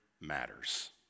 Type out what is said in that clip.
matters